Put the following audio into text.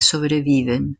sobreviven